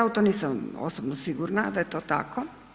Ja u to nisam osobno sigurna da je to tako.